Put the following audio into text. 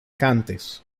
cantes